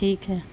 ٹھیک ہے